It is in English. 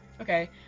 okay